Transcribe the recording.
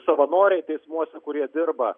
savanoriai teismuose kurie dirba